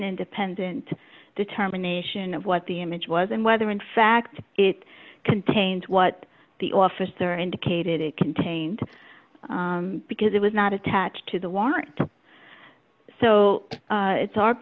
an independent determination of what the image was and whether in fact it contains what the officer indicated it contained because it was not attached to the warrant so it's our